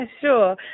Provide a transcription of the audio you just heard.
sure